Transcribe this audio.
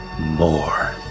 More